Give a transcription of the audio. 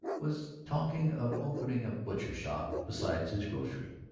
was talking of opening a butcher shop beside his grocery.